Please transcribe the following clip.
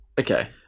Okay